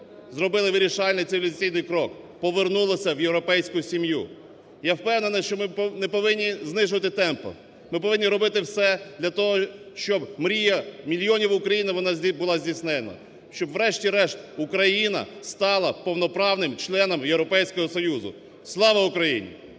зробили вирішальний цивілізаційний крок, повернулися в європейську сім'ю. Я впевнений, що ми не повинні знижувати темп, ми повинні робити все для того, щоб мрія для мільйонів українців, вона була здійснена, щоб врешті-решт Україна стала повноправним членом Європейського Союзу. Слава Україні!